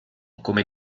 come